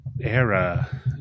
Era